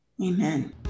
Amen